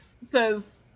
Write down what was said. says